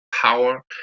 power